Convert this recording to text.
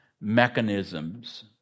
mechanisms